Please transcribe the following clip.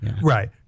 Right